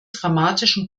dramatischen